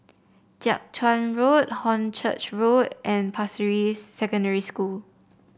Jiak Chuan Road Hornchurch Road and Pasir Ris Secondary School